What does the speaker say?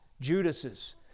Judas's